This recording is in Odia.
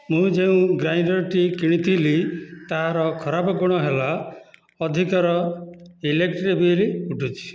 ମୁଁ ଯେଉଁ ଗ୍ରାଇଣ୍ଡରଟି କିଣିଥିଲି ତାର ଖରାପ ଗୁଣ ହେଲା ଅଧିକର ଇଲେକ୍ଟ୍ରିକ୍ ବିଲ୍ ଉଠୁଛି